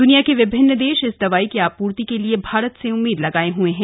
दुनिया के विभिन्न देश इस दवाई की आपूर्ति के लिए भारत से उम्मीद लगाए हए हैं